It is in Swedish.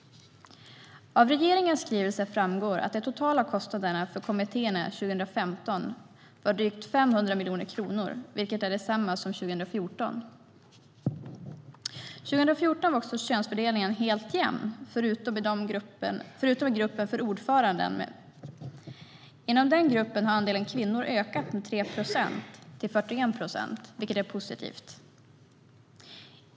Av regeringens skrivelse framgår att de totala kostnaderna för kommittéerna år 2015 var drygt 500 miljoner kronor, vilket är detsamma som för år 2014. År 2014 var könsfördelningen helt jämn, förutom i gruppen för ordföranden. Inom den gruppen har andelen kvinnor ökat med 3 procent till 41 procent, vilket är positivt.